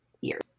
years